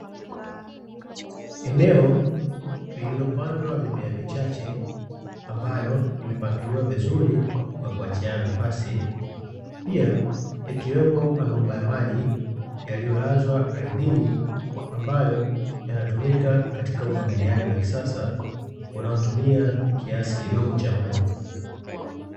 Eneo liliopandwa mimea michache ambayo imepangiliwa vizuri kwa kuachiana nafasi. Pia yakiwepo mabomba ya maji yaliyolazwa ardhini ambayo yanatumika katika umwagiliaji wa kisasa unaotumia kiasi kidogo cha maji.